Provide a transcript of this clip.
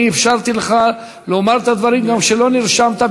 אני אפשרתי לך לומר את הדברים גם כשלא נרשמת.